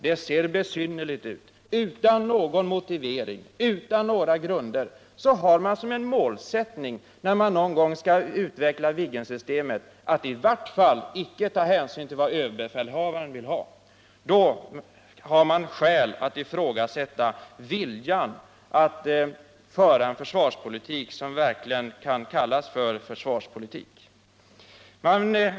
Det ser besynnerligt ut. Utan någon motivering, utan några grunder har man som målsättning, när man någon gång skall utveckla Viggensystemet, att i vart fall inte ta hänsyn till vad överbefälhavaren vill ha. Då finns det skäl att ifrågasätta viljan att föra en försvarspolitik som verkligen kan kallas för försvarspolitik.